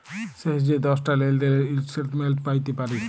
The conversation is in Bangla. শেষ যে দশটা লেলদেলের ইস্ট্যাটমেল্ট প্যাইতে পারি